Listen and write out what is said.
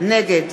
נגד